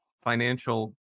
financial